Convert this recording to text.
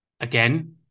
again